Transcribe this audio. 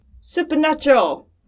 Supernatural